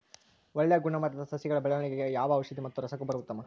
ಒಳ್ಳೆ ಗುಣಮಟ್ಟದ ಸಸಿಗಳ ಬೆಳವಣೆಗೆಗೆ ಯಾವ ಔಷಧಿ ಮತ್ತು ರಸಗೊಬ್ಬರ ಉತ್ತಮ?